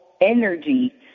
energy